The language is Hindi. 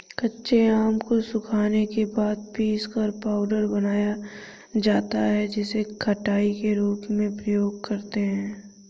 कच्चे आम को सुखाने के बाद पीसकर पाउडर बनाया जाता है जिसे खटाई के रूप में प्रयोग करते है